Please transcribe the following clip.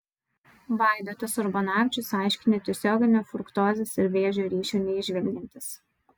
vaidotas urbanavičius aiškino tiesioginio fruktozės ir vėžio ryšio neįžvelgiantis